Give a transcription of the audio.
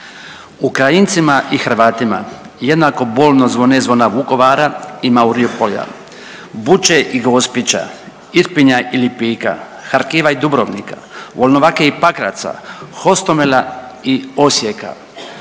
Ukrajincima i Hrvatima jednako bolno zvone zvona Vukovara i Mauripolja, Buche i Gospića, Irpinja i Lipika, Harkiva i Dubrovnika, Olnovake i Pakraca, Hostomela i Osijeka.